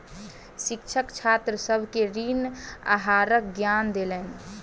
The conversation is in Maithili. शिक्षक छात्र सभ के ऋण आहारक ज्ञान देलैन